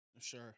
sure